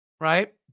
right